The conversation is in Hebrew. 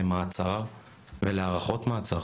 למעצר ולהארכות מעצר